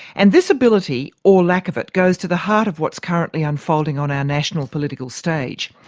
and this ability, or lack of it, goes to the heart of what's currently unfolding on our national political stage.